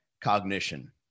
cognition